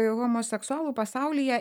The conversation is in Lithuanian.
homoseksualų pasaulyje